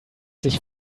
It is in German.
sich